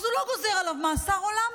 אז הוא לא גוזר עליו מאסר עולם,